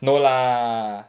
no lah